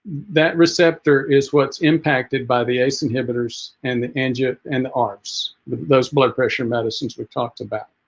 that receptor is what's impacted by the ace inhibitors and the engine and arbss those blood pressure medicines were talked about